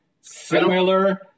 similar